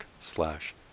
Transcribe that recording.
slash